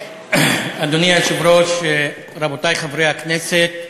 אדוני היושב-ראש, רבותי חברי הכנסת,